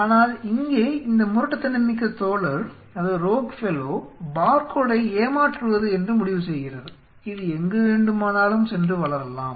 ஆனால் இங்கே இந்த முரட்டுத்தனமிக்க தோழர் பார்கோடை ஏமாற்றுவது என்று முடிவு செய்கிறது இது எங்கு வேண்டுமானாலும் சென்று வளரலாம்